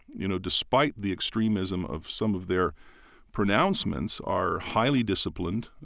you know, despite the extremism of some of their pronouncements, are highly disciplined,